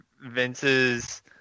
Vince's